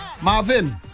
Marvin